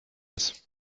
ist